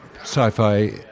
sci-fi